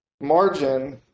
margin